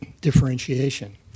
differentiation